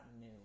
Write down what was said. new